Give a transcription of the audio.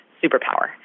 superpower